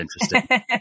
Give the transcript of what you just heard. interesting